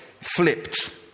flipped